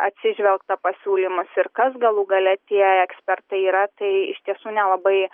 atsižvelgta pasiūlymas ir kas galų gale tie ekspertai yra tai iš tiesų nelabai